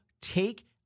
take